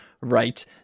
right